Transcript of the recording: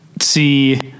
see